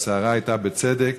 והסערה הייתה בצדק,